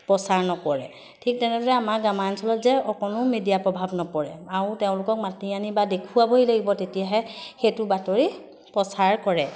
প্ৰচাৰ নকৰে ঠিক তেনেদৰে আমাৰ গ্ৰাম্যাঞ্চলত যে অকণো মিডিয়া প্ৰভাৱ নপৰে আৰু তেওঁলোকক মাতি আনি বা দেখুৱাবই লাগিব তেতিয়াহে সেইটো বাতৰি প্ৰচাৰ কৰে